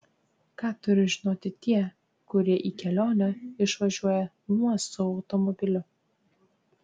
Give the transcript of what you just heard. ką turi žinoti tie kurie į kelionę išvažiuoja nuosavu automobiliu